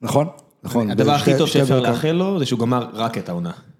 נכון? נכון. הדבר הכי טוב שאפשר להאחל לו זה שהוא גמר רק את העונה.